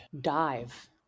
dive